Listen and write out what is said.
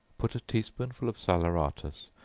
put a tea-spoonful of salaeratus,